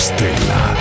Stella